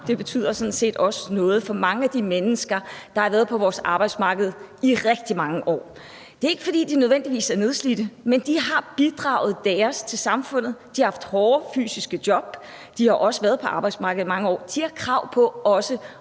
Det betyder sådan set også noget for mange af de mennesker, der har været på vores arbejdsmarked i rigtig mange år. Det er ikke, fordi de nødvendigvis er nedslidte, men de har bidraget med deres til samfundet. De har haft hårde fysiske job. De har også været på arbejdsmarkedet i mange år. De har krav på at